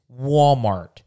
Walmart